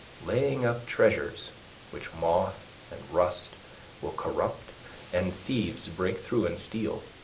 laying up treasures which moth and rust will corrupt and thieves break through and steal.